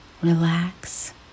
relax